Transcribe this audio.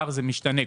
זה משתנה.